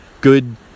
good